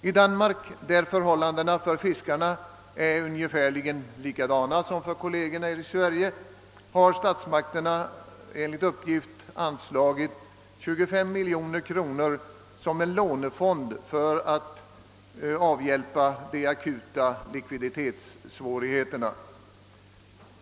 I Danmark, där förhållandena för fiskarna är ungefärligen likartade som för kollegerna i Sverige, har statsmakterna enligt uppgift anslagit 25 miljoner kronor till en lånefond för att avhjälpa de akuta likviditetssvårigheterna.